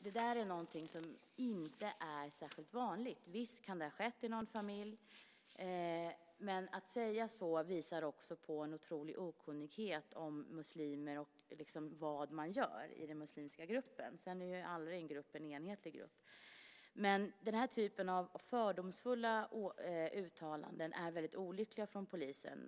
Detta är något som inte är särskilt vanligt. Visst kan det ha skett i någon familj. Men att säga så visar på en otroligt stor okunnighet om muslimer och om vad man gör i den muslimska gruppen. Sedan är den muslimska gruppen inte en enhetlig grupp. Den här typen av fördomsfulla uttalanden från polisen är väldigt olyckliga.